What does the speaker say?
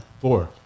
four